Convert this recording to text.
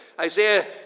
Isaiah